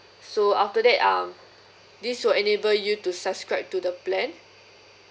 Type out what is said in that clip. so after that um this will enable you to subscribe to the plan